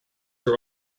are